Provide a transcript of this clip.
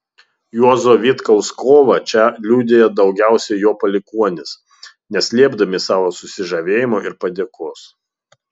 juozo vitkaus kovą čia liudija daugiausiai jo palikuonys neslėpdami savo susižavėjimo ir padėkos